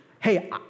hey